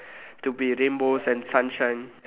to be rainbows and sunshine